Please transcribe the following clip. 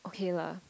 okay lah